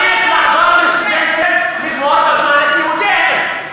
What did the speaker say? צריך לעזור לסטודנטים לגמור בזמן את לימודיהם,